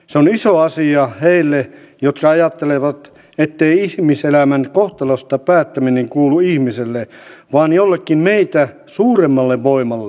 se on iso asia heille jotka ajattelevat ettei ihmiselämän kohtalosta päättäminen kuulu ihmiselle vaan jollekin meitä suuremmalle voimalle